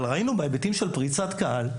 אבל ראינו בהיבטים של פריצת קהל,